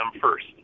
first